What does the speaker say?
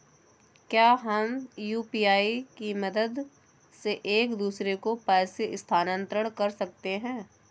क्या हम यू.पी.आई की मदद से एक दूसरे को पैसे स्थानांतरण कर सकते हैं?